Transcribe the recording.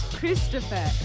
Christopher